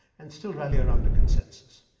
and still rally around a consensus.